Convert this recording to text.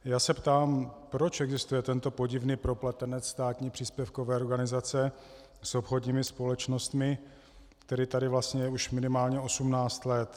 Já se ptám, proč existuje tento podivný propletenec státní příspěvkové organizace s obchodními společnostmi, který tady je vlastně už minimálně osmnáct let?